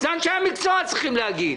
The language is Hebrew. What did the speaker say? זה אנשי המקצוע צריכים להגיד.